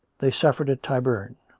they suffered at tyburn.